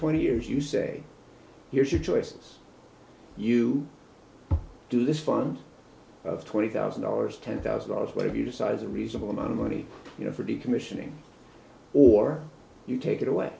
twenty years you say here's your choices you do this fund of twenty thousand dollars ten thousand dollars whatever you decide is a reasonable amount of money you know for decommissioning or you take it away